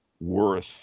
worth